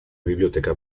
biblioteca